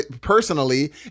personally